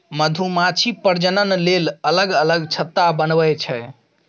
मधुमाछी प्रजनन लेल अलग अलग छत्ता बनबै छै